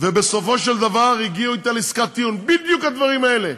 ובסופו של דבר הגיעו אתה לעסקת טיעון בדיוק בדברים האלה.